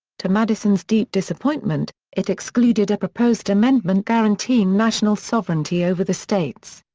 to madison's deep disappointment, it excluded a proposed amendment guaranteeing national sovereignty over the states.